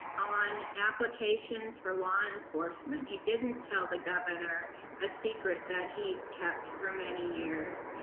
on applications for law enforcement. he didn't tell the governor a secret that he'd kept for many years.